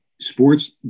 sports